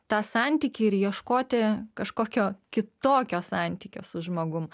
tą santykį ir ieškoti kažkokio kitokio santykio su žmogum